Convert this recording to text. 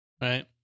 right